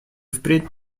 впредь